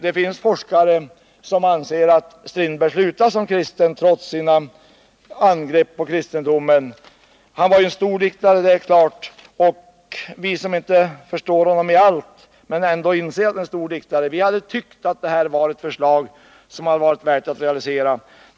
Det finns forskare som anser att Strindberg slutade som kristen, trots hans angrepp på kristendomen. Han var en stor diktare, och vi som inte förstår honom i allt men ändå inser att han var detta ansåg att detta var ett förslag som hade varit värt att realisera.